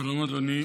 שלום, אדוני,